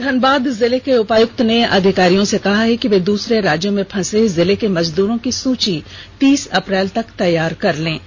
धनबाद जिले के उपायुक्त ने अधिकारियों से कहा है कि दूसरे राज्यों में फंसे जिले के मजदूरों की सूची तीस अप्रैल तक तैयार कर ली जाए